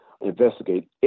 investigate